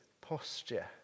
posture